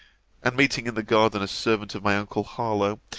and meeting in the garden a servant of my uncle harlowe,